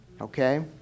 okay